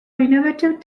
innovative